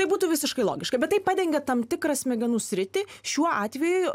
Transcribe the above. tai būtų visiškai logiška bet tai padengia tam tikrą smegenų sritį šiuo atveju